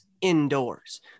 indoors